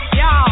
yo